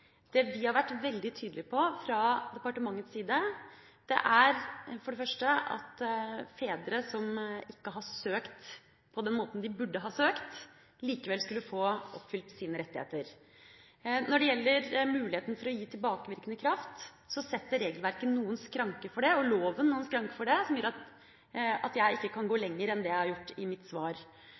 første at fedre som ikke har søkt på den måten de burde ha søkt, likevel skulle få oppfylt sine rettigheter. Når det gjelder muligheten for å gi tilbakevirkende kraft, setter regelverket og loven noen skranker for det, som gjør at jeg ikke kan gå lenger enn det jeg har gjort i mitt svar.